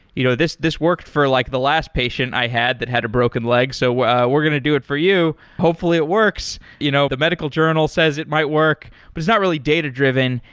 you know this this worked for like the last patient i had that had a broken leg. so we're going to do it for you. hopefully it works. you know the medical journal says it might work, but it's not really data-driven,